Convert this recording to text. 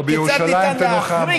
ובירושלים תנוחמו.